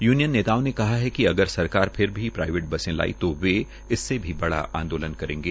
union नेताओं का कहा है अगर सरकार फिर भी प्राईवेट बसें लाई जो वे इससे बड़ा आंदोलन करेंगे